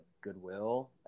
Goodwill